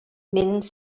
means